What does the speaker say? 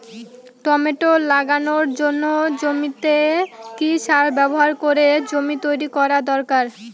Tomato লাগানোর জন্য জমিতে কি সার ব্যবহার করে জমি তৈরি করা দরকার?